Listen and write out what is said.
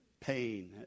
pain